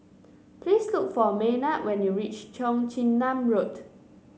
please look for Maynard when you reach Cheong Chin Nam Road